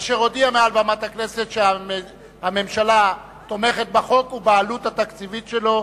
אשר הודיע מעל במת הכנסת שהממשלה תומכת בחוק ובעלות התקציבית שלו,